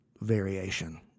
variation